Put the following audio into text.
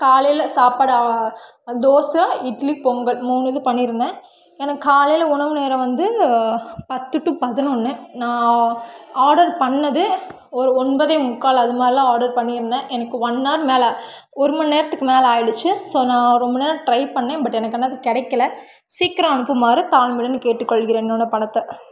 காலையில் சாப்பிட தோசை இட்லி பொங்கல் மூணு இது பண்ணியிருந்தேன் எனக்கு காலையில் உணவு நேரம் வந்து பத்து டு பதினொன்று நான் ஆர்டர் பண்ணது ஒரு ஒன்பதே முக்கால் அது மாதிரிலாம் ஆர்டர் பண்ணியிருந்தேன் எனக்கு ஒன் ஆர் மேலே ஒருமணி நேரத்துக்கு மேலே ஆகிடிச்சி ஸோ நான் ரொம்ப நேரம் ட்ரை பண்ணேன் பட் எனக்கு ஆனால் அது கிடைக்கல சீக்கிரம் அனுப்புமாறு தாழ்மையுடன் கேட்டுக்கொள்கிறேன் என்னோட பணத்தை